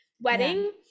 wedding